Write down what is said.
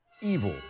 evil